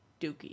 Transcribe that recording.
Dookie